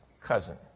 cousin